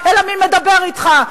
אלא מי מדבר אתך,